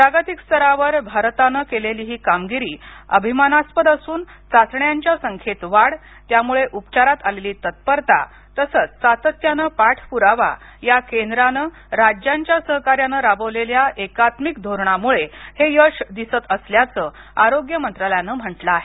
जागतिक स्तरावर भारताने केलेली ही कामगिरी अभिमानास्पद असून चाचण्याच्या संख्येत वाढ त्यामुळे उपचारात आलेली तत्परता तसंच सातत्याने पाठपुरावा या केंद्राने राज्यांच्या सहकार्यानं राबवलेल्या एकात्मिक धोरणामुळे हे यश दिसंत असल्याचं आरोग्य मंत्रालयाने म्हंटल आहे